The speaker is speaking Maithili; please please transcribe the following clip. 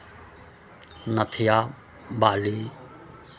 नथिया बाली